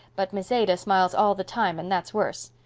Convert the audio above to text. but miss ada smiles all the time and that's worse.